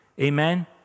Amen